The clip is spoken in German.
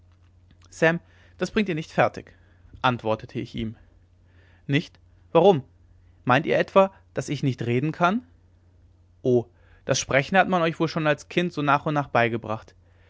sam das bringt ihr nicht fertig antwortete ich ihm nicht warum meint ihr etwa daß ich nicht reden kann o das sprechen hat man euch wohl schon als kind so nach und nach beigebracht